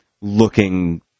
looking